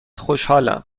خوشحالم